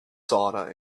sauna